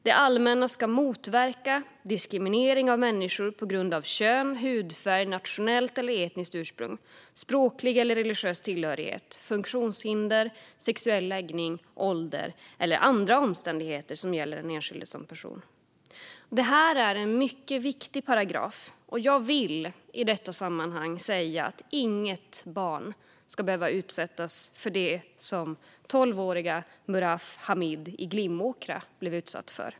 Det allmänna ska motverka diskriminering av människor på grund av kön, hudfärg, nationellt eller etniskt ursprung, språklig eller religiös tillhörighet, funktionshinder, sexuell läggning, ålder eller andra omständigheter som gäller den enskilde som person. Detta är en mycket viktig paragraf, och jag vill i detta sammanhang säga att inget barn ska behöva utsättas för det som tolvårige Murhaf Hamid i Glimåkra blev utsatt för.